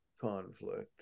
conflict